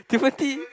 Timothy